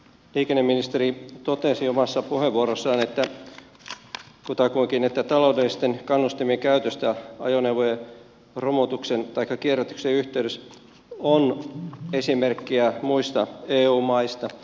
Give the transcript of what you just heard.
liikenneministeri totesi omassa puheenvuorossaan kutakuinkin että taloudellisten kannusti mien käytöstä ajoneuvojen romutuksen taikka kierrätyksen yhteydessä on esimerkkejä muista eu maista